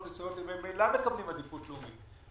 מסוימות הם ממילא מקבלים עדיפות לאומית.